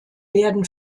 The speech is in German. werden